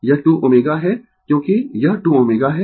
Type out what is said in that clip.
यह 2 ω है क्योंकि यह 2 ω है